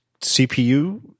CPU